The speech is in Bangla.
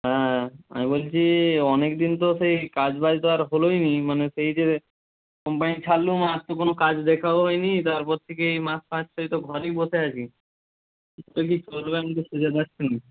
হ্যাঁ আমি বলছি অনেক দিন তো সেই কাজ বাজ তো আর হলোই নি মানে সেই যে মুম্বাই ছাড়লুম আর তো কোন কাজ দেখাও হয় নি তারপর থেকে এই মাস ঘরেই বসে আছি চলবে আমি তো খুঁজে পাচ্ছি না